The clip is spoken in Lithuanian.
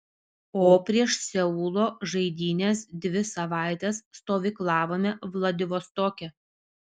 o prieš seulo žaidynes dvi savaites stovyklavome vladivostoke